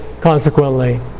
consequently